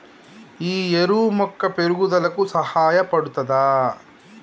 ఈ ఎరువు మొక్క పెరుగుదలకు సహాయపడుతదా?